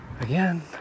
Again